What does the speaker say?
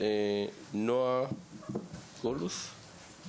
נשמח אם יהיה אפשר לשלוח למשתתפים.